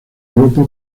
europa